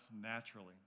naturally